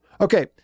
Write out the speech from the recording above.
Okay